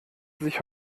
sich